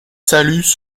saluts